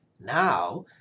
Now